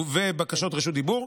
ובקשות רשות דיבור.